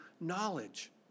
knowledge